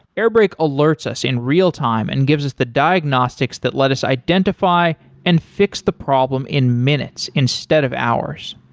airbrake alerts us in real time and gives us the diagnostics that let us identify and fix the problem in minutes instead of hours.